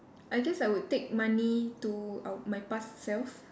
I guess I would take money to uh my past self